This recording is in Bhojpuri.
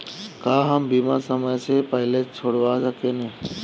का हम बीमा समय से पहले छोड़वा सकेनी?